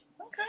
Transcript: Okay